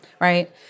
right